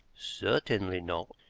certainly not!